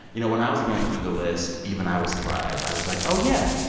you know, when i was going through the list, even i was surprised. i was like, oh, yeah,